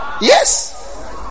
Yes